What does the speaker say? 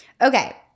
Okay